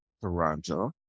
Toronto